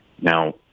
Now